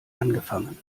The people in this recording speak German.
angefangen